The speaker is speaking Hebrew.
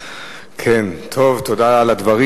תודה על הדברים.